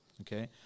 Okay